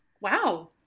Wow